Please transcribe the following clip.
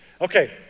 Okay